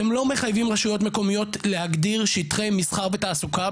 אתם לא מחייבים רשויות מקומיות להגדיר שטחי מסחר ותעסוקה,